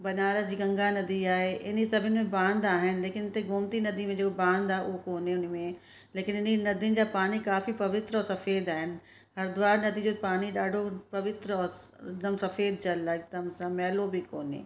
बनारस जी गंगा नदी आहे इन सभिनि में बांध आहिनि लेकिन हिते गोमती नदी में जेको बांध आहे उहो कोन्हे उन में लेकिन हिन नदियुनि जा पाणी काफ़ी पवित्र सफेद आहिनि हरिद्वार नदी जो पाणी ॾाढो पवित्र और हिकदमि सफेद जल आहे हिकदमि सां मैलो बि कोन्हे